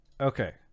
Okay